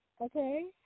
Okay